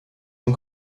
dem